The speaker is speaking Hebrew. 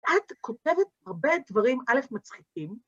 את כותבת הרבה דברים אלף, מצחיקים,